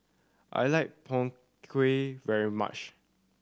I like Png Kueh very much